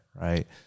right